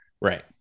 right